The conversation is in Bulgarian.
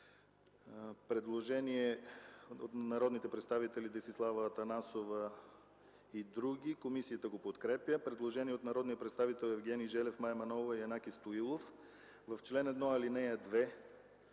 Предложение от народните представители Десислава Атанасова и други. Комисията подкрепя предложението. Предложение от народните представители Евгений Желев, Мая Манолова и Янаки Стоилов: „В чл. 1, ал. 2: